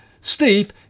Steve